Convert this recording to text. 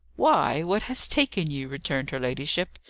why, what has taken you? returned her ladyship.